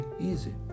easy